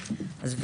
אז,